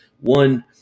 One